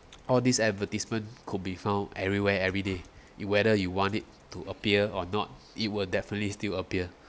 all these advertisement could be found everywhere everyday you whether you want it to appear or not it will definitely still appear